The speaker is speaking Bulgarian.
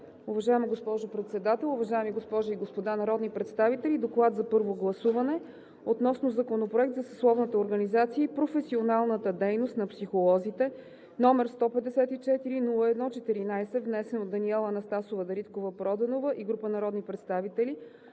Уважаема госпожо Председател, уважаеми госпожи и господа народни представители! „ДОКЛАД за първо гласуване относно Законопроект за съсловната организация и професионалната дейност на психолозите, № 154-01-14, внесен от Даниела Анастасова Дариткова-Проданова и група народни представители